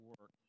work